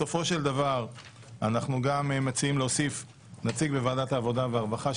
בסופו של דבר אנחנו גם מציעים להוסיף נציג בוועדת העבודה והרווחה,